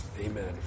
amen